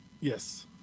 Yes